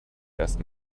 erst